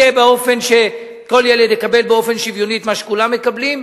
באופן שכל ילד יקבל באופן שוויוני את מה שכולם מקבלים.